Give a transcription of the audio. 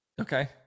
okay